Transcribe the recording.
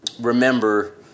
remember